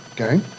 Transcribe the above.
Okay